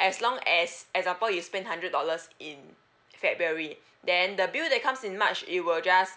as long as example you spend hundred dollars in february then the bill that comes in march it will just